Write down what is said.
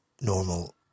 normal